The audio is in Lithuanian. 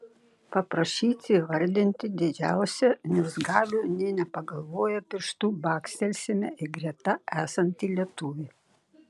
paprašyti įvardinti didžiausią niurzgalių nė nepagalvoję pirštu bakstelsime į greta esantį lietuvį